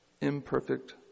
imperfect